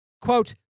Quote